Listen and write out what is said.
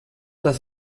das